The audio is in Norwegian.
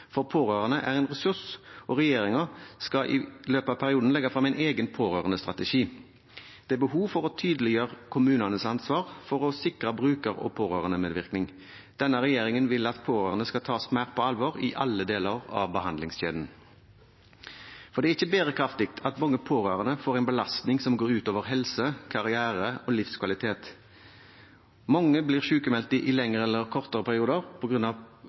For pårørende er en ressurs, og regjeringen skal i løpet av perioden legge frem en egen pårørendestrategi. Det er behov for å tydeliggjøre kommunenes ansvar for å sikre bruker- og pårørendemedvirkning. Denne regjeringen vil at pårørende skal tas mer på alvor i alle deler av behandlingskjeden. Det er ikke bærekraftig at mange pårørende får en belastning som går ut over helse, karriere og livskvalitet. Mange blir sykmeldt i lengre eller kortere perioder